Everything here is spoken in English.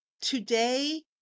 today